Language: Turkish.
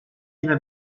yine